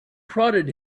prodded